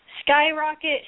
Skyrocket